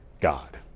God